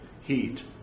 heat